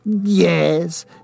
Yes